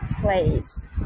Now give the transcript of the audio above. place